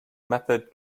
method